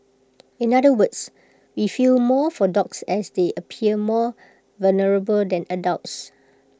in other words we feel more for dogs as they appear more vulnerable than adults